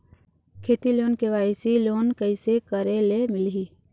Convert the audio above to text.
खेती loan KYC loan कइसे करे ले मिलही?